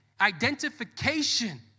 identification